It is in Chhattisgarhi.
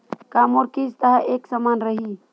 का मोर किस्त ह एक समान रही?